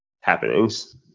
happenings